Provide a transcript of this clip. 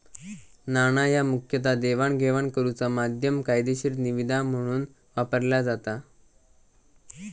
नाणा ह्या मुखतः देवाणघेवाण करुचा माध्यम, कायदेशीर निविदा म्हणून वापरला जाता